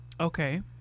Okay